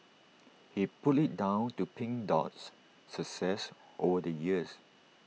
he put IT down to pink Dot's success over the years